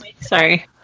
sorry